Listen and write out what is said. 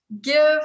give